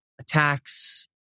attacks